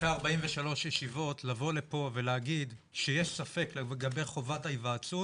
אחרי 43 ישיבות לבוא לפה ולהגיד שיש ספק לגבי חובת היוועצות,